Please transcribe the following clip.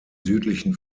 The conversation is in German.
südlichen